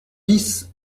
bis